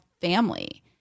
family